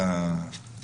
שבדיונים